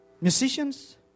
musicians